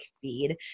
feed